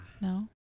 No